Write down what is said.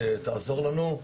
לנושא, שתעזור לנו.